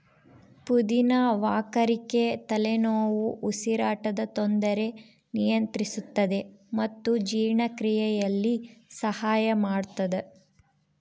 ಪುದಿನ ವಾಕರಿಕೆ ತಲೆನೋವು ಉಸಿರಾಟದ ತೊಂದರೆ ನಿಯಂತ್ರಿಸುತ್ತದೆ ಮತ್ತು ಜೀರ್ಣಕ್ರಿಯೆಯಲ್ಲಿ ಸಹಾಯ ಮಾಡುತ್ತದೆ